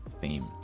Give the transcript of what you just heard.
theme